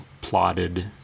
plotted